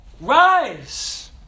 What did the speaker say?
rise